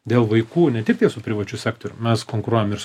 dėl vaikų ne tik vien su privačiu sektorium mes konkuruojam ir